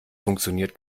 funktioniert